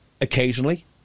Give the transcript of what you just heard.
occasionally